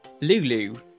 Lulu